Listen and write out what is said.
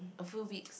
a full